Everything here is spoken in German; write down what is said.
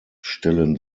stellen